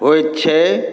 होइत छै